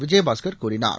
விஜயபாஸ்கர் கூறினார்